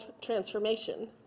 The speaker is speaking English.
transformation